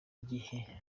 gihe